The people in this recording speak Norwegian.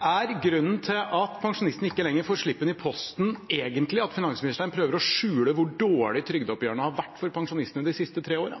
Er grunnen til at pensjonistene ikke lenger får slippen i posten, egentlig at finansministeren prøver å skjule hvor dårlig trygdeoppgjørene har vært for pensjonistene de siste tre årene?